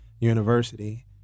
University